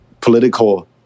political